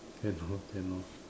cannot cannot